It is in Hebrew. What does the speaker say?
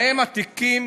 האם התיקים